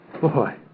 Boy